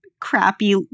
crappy